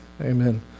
Amen